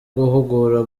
guhugura